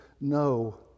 no